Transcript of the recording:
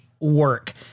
Work